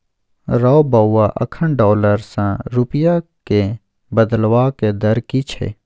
रौ बौआ अखन डॉलर सँ रूपिया केँ बदलबाक दर की छै?